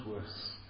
worse